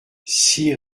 six